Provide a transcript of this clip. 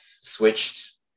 switched